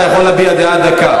אתה יכול להביע דעה דקה.